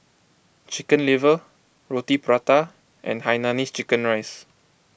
Chicken Liver Roti Prata and Hainanese Chicken Rice